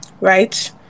Right